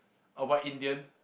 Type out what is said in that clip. avoid Indian